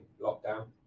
lockdown